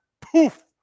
Poof